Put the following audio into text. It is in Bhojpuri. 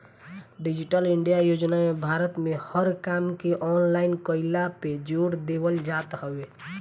डिजिटल इंडिया योजना में भारत में हर काम के ऑनलाइन कईला पे जोर देवल जात हवे